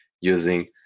using